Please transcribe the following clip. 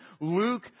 Luke